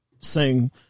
sing